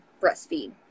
breastfeed